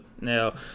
Now